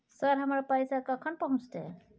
Sir, हमर पैसा कखन पहुंचतै?